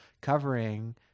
covering